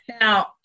Now